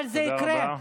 אבל זה יקרה.